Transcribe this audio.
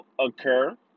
occur